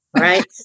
Right